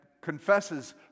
confesses